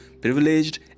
privileged